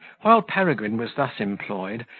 while peregrine was thus employed,